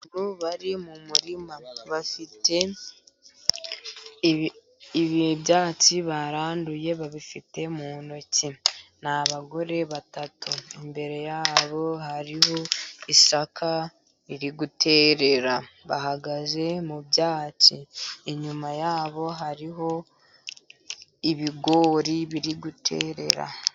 Abagore bari mu murima bafite ibyatsi baranduye babifite mu ntoki, ni abagore batatu imbere yabo hariho isaka riri guterera, bahagaze mu byatsi inyuma yabo hariho ibigori biri guterera.